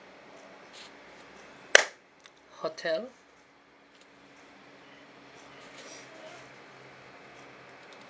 hotel